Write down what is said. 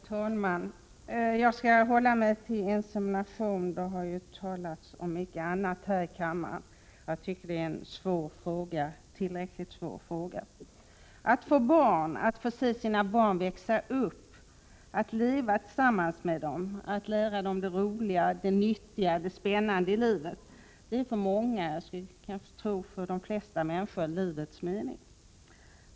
Herr talman! Jag skall hålla mig till frågan om insemination. Det har ju talats om mycket annat här i kammaren, men jag tycker att detta är en tillräckligt svår fråga. Att få barn, att få se sina barn växa upp, att leva tillsammans med dem, att lära dem det roliga, det nyttiga, det spännande i livet, det är för många — kanske för de flesta människor — livets mening.